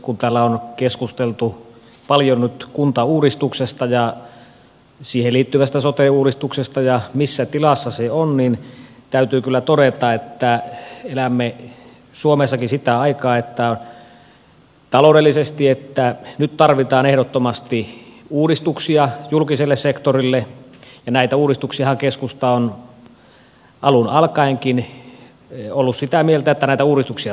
kun täällä on keskusteltu paljon nyt kuntauudistuksesta ja siihen liittyvästä sote uudistuksesta ja siitä missä tilassa se on niin täytyy kyllä todeta että elämme suomessakin sitä aikaa taloudellisesti että nyt tarvitaan ehdottomasti uudistuksia julkiselle sektorille ja keskusta on alun alkaenkin ollut sitä mieltä että näitä uudistuksia tarvitaan